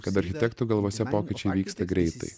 kad architektų galvose pokyčiai vyksta greitai